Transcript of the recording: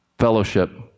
fellowship